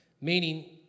Meaning